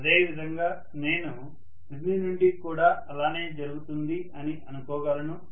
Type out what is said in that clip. అదేవిధంగా నేను క్రింది నుండి కూడా అలానే జరుగుతుంది అని అనుకో గలను